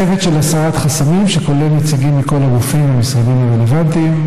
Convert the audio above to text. צוות של הסרת החסמים שכולל נציגים מכל הגופים והמשרדים הרלוונטיים,